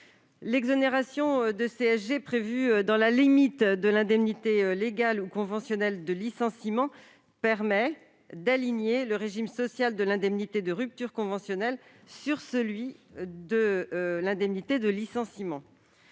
L'exonération de CSG prévue dans la limite de l'indemnité légale ou conventionnelle de licenciement permet d'aligner le régime social de l'indemnité de rupture conventionnelle sur celui de l'indemnité de licenciement.